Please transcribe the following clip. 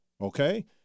okay